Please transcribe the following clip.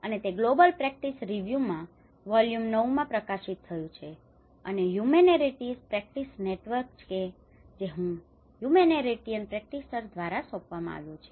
અને તે global practice રીવ્યુમાં વોલ્યુમ 9માં પ્રકાશિત થયું છે અને હ્યુમેનીટેરીયન પ્રેક્ટિસ નેટવર્ક કે જે હ્યુમેનીટેરીયન પ્રેક્ટિસનર દ્વારા સોપવામાં આવ્યું છે